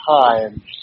time